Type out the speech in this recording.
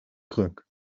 kruk